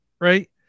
right